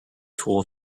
tool